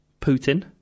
Putin